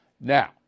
Now